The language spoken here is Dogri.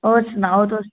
होर सनाओ तुस